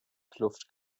kluft